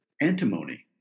antimony